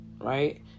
right